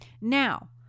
Now